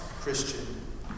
Christian